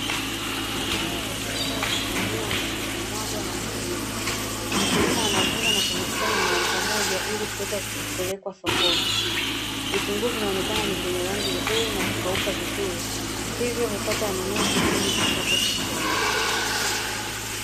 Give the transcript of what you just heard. Zao la biashara la vitunguu vikimwagwa na mkulima. Mkulima anavuna na kuvikusanya mahali pamoja ili kuweza kupelekwa sokoni. Vitunguu vinaonekana ni vyenye rangi nzuri na kukauka vizuri hivyo hupata wanunuzi pindi vifikapo sokoni.